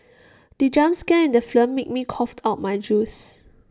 the jump scare in the film made me cough out my juice